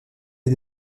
est